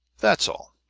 that's all.